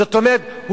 זאת אומרת,